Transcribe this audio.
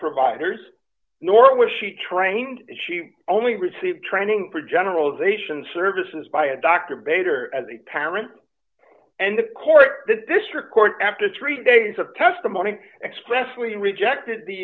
providers nor was she trained she only received training for generalization services by a doctor bader as a parent and the court the district court after three days of testimony expressly rejected the